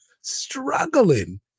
struggling